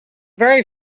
very